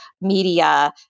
media